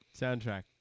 soundtrack